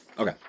Okay